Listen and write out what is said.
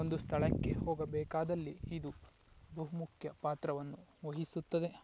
ಒಂದು ಸ್ಥಳಕ್ಕೆ ಹೋಗಬೇಕಾದಲ್ಲಿ ಇದು ಬಹು ಮುಖ್ಯ ಪಾತ್ರವನ್ನು ವಹಿಸುತ್ತದೆ